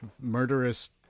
murderous